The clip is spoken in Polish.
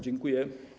Dziękuję.